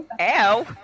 Ow